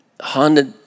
Honda